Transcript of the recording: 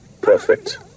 Perfect